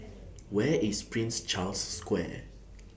Where IS Prince Charles Square